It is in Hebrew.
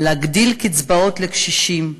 להגדיל את קצבאות הקשישים,